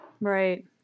Right